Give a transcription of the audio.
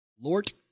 Lord